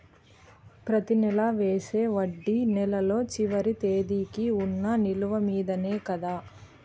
ప్రతి నెల వేసే వడ్డీ నెలలో చివరి తేదీకి వున్న నిలువ మీదనే కదా?